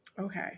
Okay